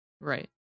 right